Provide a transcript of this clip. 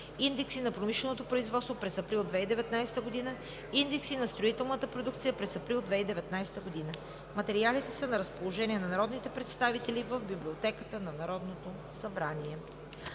индекси на промишленото производство през април 2019 г.; индекси на строителната продукция през април 2019 г. Материалите са на разположение на народните представители в Библиотеката на Народното събрание.